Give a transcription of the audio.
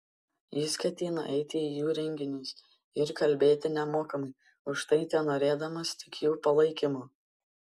jis ketino eiti į jų renginius ir kalbėti nemokamai už tai tenorėdamas tik jų palaikymo